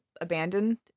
abandoned